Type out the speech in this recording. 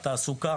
תעסוקה